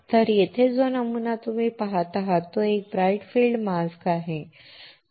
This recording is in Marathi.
तर येथे जो नमुना तुम्ही पहात आहात तो एक ब्राइट फील्ड मास्कआहे